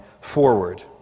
forward